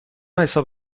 حساب